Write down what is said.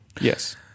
Yes